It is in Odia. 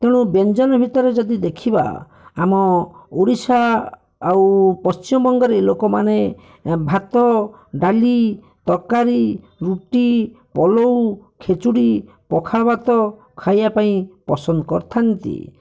ତେଣୁ ବ୍ୟଞ୍ଜନ ଭିତରେ ଯଦି ଦେଖିବା ଆମ ଓଡ଼ିଶା ଆଉ ପଶ୍ଚିମବଙ୍ଗରେ ଲୋକମାନେ ଭାତ ଡାଲି ତର୍କାରୀ ରୁଟି ପୁଲାଉ ଖେଚୁଡ଼ି ପଖାଳ ଭାତ ଖାଇବାପାଇଁ ପସନ୍ଦ କରିଥାନ୍ତି